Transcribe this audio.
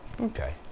Okay